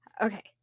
okay